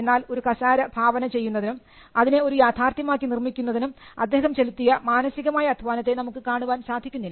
എന്നാൽ ഒരു കസേര ഭാവന ചെയ്യുന്നതിനും അതിനെ ഒരു യാഥാർഥ്യമാക്കി നിർമ്മിക്കുന്നതിനും അദ്ദേഹം ചെലുത്തിയ മാനസികമായ അധ്വാനത്തെ നമുക്ക് കാണുവാൻ സാധിക്കുന്നില്ല